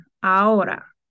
ahora